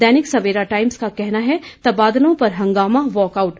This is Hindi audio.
दैनिक सवेरा टाइम्स का कहना है तबादलों पर हंगामा वॉकआउट